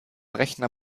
rechner